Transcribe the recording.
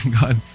God